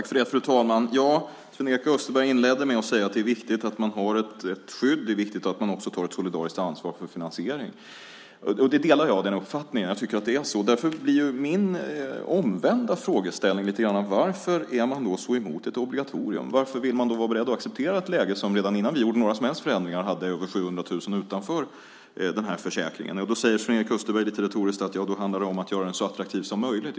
Fru talman! Sven-Erik Österberg inledde med att säga att det är viktigt att man har ett skydd. Det är viktigt att man också tar ett solidariskt ansvar för finansiering. Jag delar den uppfattningen. Jag tycker att det är så. Därför blir min omvända frågeställning: Varför är man då emot ett obligatorium? Varför är man beredd att acceptera ett läge där man redan innan vi gjorde några som helst förändringar hade över 700 000 som stod utanför försäkringen? Sven-Erik Österberg säger lite retoriskt att det handlar om att göra försäkringen så attraktiv som möjligt.